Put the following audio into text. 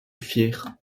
fiers